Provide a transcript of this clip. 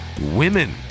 women